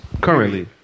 currently